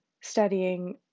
studying